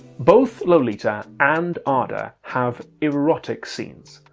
both lolita and ada have erotic scenes,